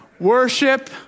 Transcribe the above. Worship